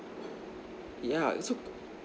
yeah so